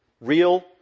Real